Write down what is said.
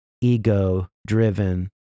ego-driven